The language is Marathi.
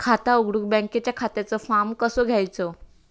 खाता उघडुक बँकेच्या खात्याचो फार्म कसो घ्यायचो?